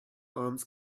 arms